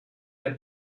der